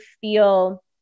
feel